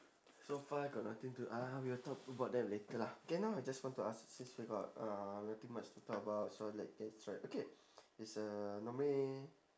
so far got nothing to ah we'll talk about that later ah K now I just want to ask since we got uh nothing much to talk about so like this right okay is uh normally